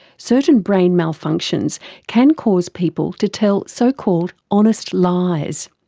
certain brain malfunctions can cause people to tell so-called honest lies.